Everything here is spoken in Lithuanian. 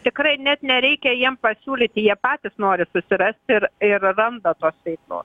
tikrai net nereikia jiem pasiūlyti jie patys nori susirasti ir ir randa tos veiklo